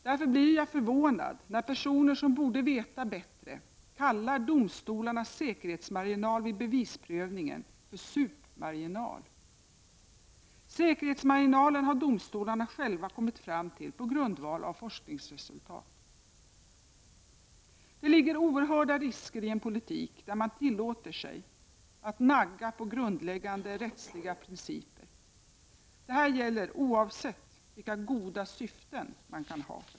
Därför blir jag förvånad när personer som borde veta bättre kallar domstolarnas säkerhetsmarginal vid bevisprövningen för supmarginal. Säkerhetsmarginalen har domstolarna själva kommit fram till på grundval av forskningsresultat. Det ligger oerhörda risker i en politik där man tillåter sig att nagga på grundläggande rättsliga principer. Detta gäller oavsett vilka goda syften man kan ha.